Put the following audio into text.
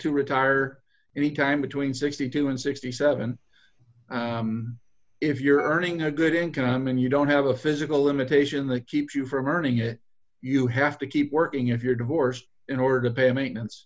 to retire any time between sixty two and sixty seven if you're earning a good income and you don't have a physical limitation the keeps you from earning it you have to keep working if you're divorced in order to maintenance